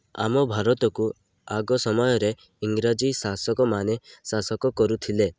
ଆମ ଭାରତକୁ ଆଗ ସମୟରେ ଇଂରାଜୀ ଶାସକମାନେ ଶାସକ କରୁଥିଲେ